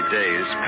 days